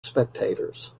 spectators